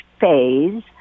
phase